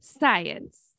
Science